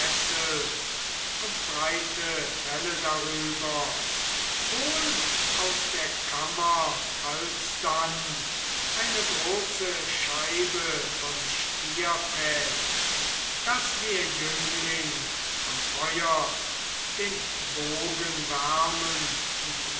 und breite felle darüber hol aus der kammer alsdann eine große scheibe von stierfett daß wir jüngling am feuer den bogen wärmen und